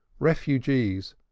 refugees,